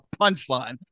punchline